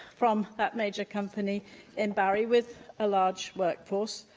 from that major company in barry with a large workforce,